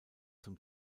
zum